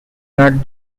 not